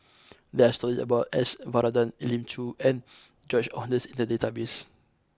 there are stories about S Varathan Elim Chew and George Oehlers in the database